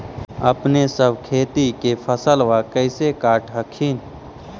अपने सब खेती के फसलबा कैसे काट हखिन?